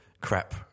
crap